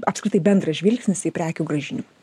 apskritai bendras žvilgsnis į prekių grąžinimą